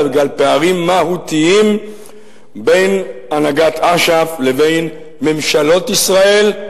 אלא בגלל פערים מהותיים בין הנהגת אש"ף לבין ממשלות ישראל,